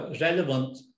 relevant